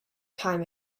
time